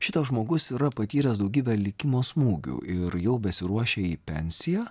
šitas žmogus yra patyręs daugybę likimo smūgių ir jau besiruošia į pensiją